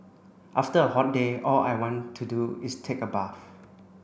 after a hot day all I want to do is take a bath